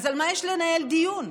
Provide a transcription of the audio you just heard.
על מה יש לנהל דיון?